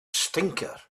stinker